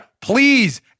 Please